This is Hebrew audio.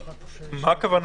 הממשלה.